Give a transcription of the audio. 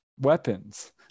weapons